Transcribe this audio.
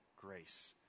grace